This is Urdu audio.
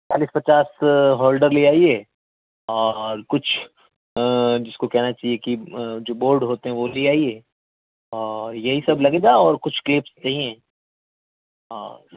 چالیس پچاس ہولڈر لے آیے اور کچھ جس کو کہنا چاہیے کہ جو بورڈ ہوتے ہیں وہ لے آیے اور یہی سب لگے گا اور کچھ کلپس چاہیے اور